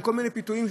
עם כל מיני פיתויים,